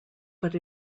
but